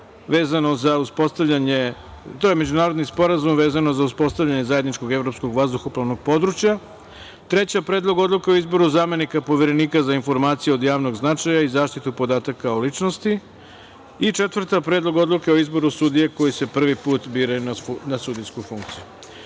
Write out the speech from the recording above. vezano za uspostavljanje Zajedničkog evropskog vazduhoplovnog područja, treća tačka je Predlog odluke o izboru zamenika Poverenika za informacije od javnog značaja i zaštitu podataka o ličnosti i četvrta Predlog odluke o izboru sudije koji se prvi put bira na sudijsku funkciju. Hvala